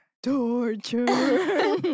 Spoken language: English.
Torture